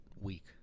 week